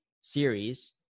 series